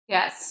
Yes